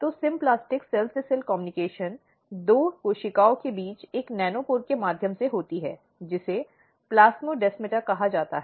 तो symplastic cell से cell communication दो कोशिकाओं के बीच एक नैनोपोर के माध्यम से होती है जिसे प्लास्मोडेस्माटा कहा जाता है